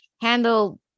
handle